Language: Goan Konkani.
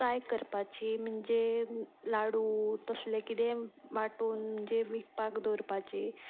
ट्राय करपाची म्हणजे लाडू तसलें किदेंय वांटून म्हणजे विकपाक दवरपाची